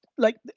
like,